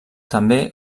també